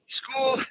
school